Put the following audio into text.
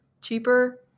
cheaper